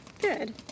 Good